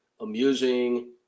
amusing